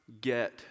get